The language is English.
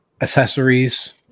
accessories